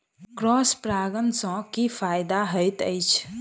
Cross परागण सँ की फायदा हएत अछि?